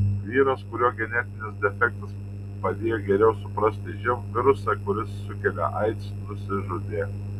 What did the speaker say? vyras kurio genetinis defektas padėjo geriau suprasti živ virusą kuris sukelia aids nusižudė